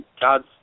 God's